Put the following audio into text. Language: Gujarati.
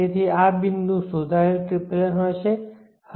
તેથી આ બિંદુ સુધારેલ ટ્રિપલેન હશે